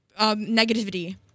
Negativity